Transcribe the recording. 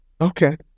Okay